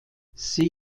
sie